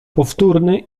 powtórny